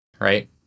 Right